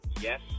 Yes